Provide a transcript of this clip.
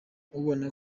ubona